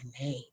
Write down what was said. name